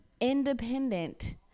independent